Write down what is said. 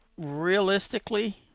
Realistically